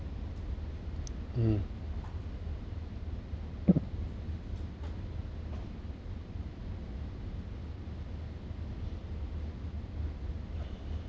mm